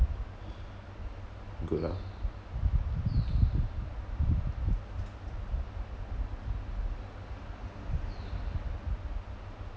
good lah